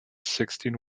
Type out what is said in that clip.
sixteen